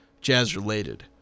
Jazz-related